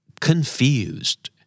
Confused